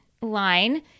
line